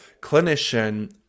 clinician